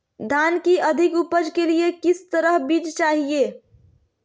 धान की अधिक उपज के लिए किस तरह बीज चाहिए?